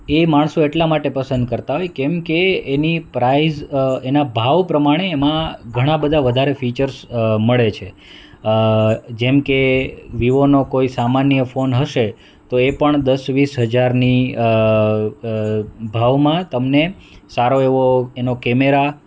એ માણસો એટલા માટે પસંદ કરતાં હોય કેમ કે એ એની પ્રાઈસમાં ભાવ પ્રમાણે એમાં ઘણા બધા વધારે ફીચર્સ મળે છે જેમ કે વિવોનો કોઈ સામાન્ય ફોન હશે તો એ પણ દસ વીસ હજારની ભાવમાં તમને સારો એવો એનો કેમેરા